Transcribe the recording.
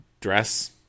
dress